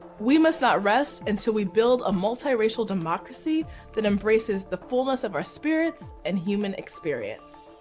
we must not rest until we build a multiracial democracy that embraces the fullness of our spirits and human experience.